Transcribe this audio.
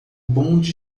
bonde